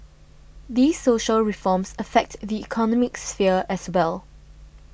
these social reforms affect the economic sphere as well